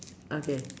okay